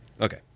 Okay